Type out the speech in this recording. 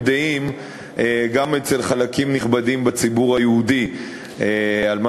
דעים גם אצל חלקים נכבדים בציבור היהודי לגבי